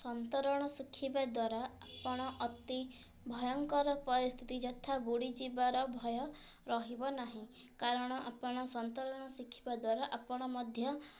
ସନ୍ତରଣ ଶିଖିବା ଦ୍ୱାରା ଆପଣ ଅତି ଭୟଙ୍କର ପରିସ୍ଥିତି ଯଥା ବୁଡ଼ିଯିବାର ଭୟ ରହିବ ନାହିଁ କାରଣ ଆପଣ ସନ୍ତରଣ ଶିଖିବା ଦ୍ୱାରା ଆପଣ ମଧ୍ୟ